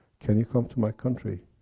can you come to my country,